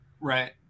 Right